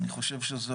אני חושב שזה